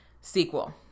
sequel